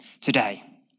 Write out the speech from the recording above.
today